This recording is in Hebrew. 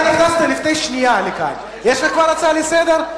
אתה נכנסת לפני שנייה לכאן וכבר יש לך הצעה לסדר?